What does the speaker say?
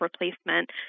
replacement